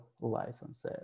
licenses